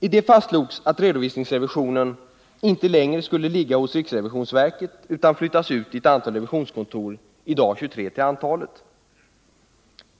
I det fastslogs att redovisningsrevisionen inte längre skulle ligga hos riksrevisionsverket utan flyttas ut i ett antal revisionskontor, i dag 23 till antalet.